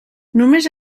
només